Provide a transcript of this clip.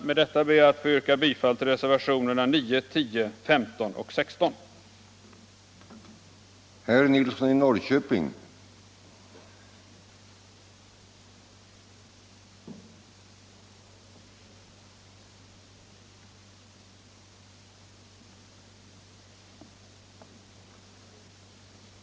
Med detta ber jag att få yrka bifall till reservationerna 9, 10, 15 och 16 vid socialförsäkringsutskottets betänkande nr 14.